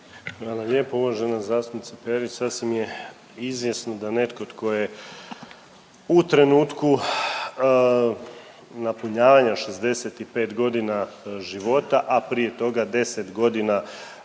lijepo uvažena zastupnice Perić, sasvim je izvjesno da netko tko je u trenutku napunjavanja 65.g. života, a prije toga 10.g.